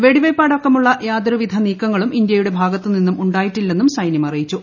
വെടിവെയ്പ്പ് അടക്കമുള്ള യാതൊരുവിധ നീക്കങ്ങളും ഇന്ത്യ യുടെ ഭാഗത്തുനിന്നും ഉണ്ടായിട്ടില്ലെന്നും സൈനൃം അറിയിച്ചു